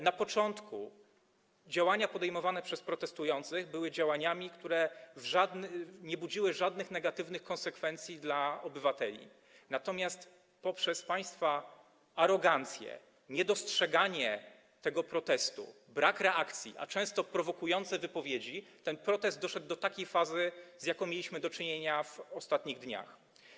Na początku działania podejmowane przez protestujących były działaniami, które nie wywoływały żadnych negatywnych konsekwencji dla obywateli, natomiast przez państwa arogancję, niedostrzeganie tego protestu, brak reakcji, a często prowokujące wypowiedzi ten protest doszedł do takiej fazy, z jaką mieliśmy do czynienia w ostatnich dniach.